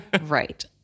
Right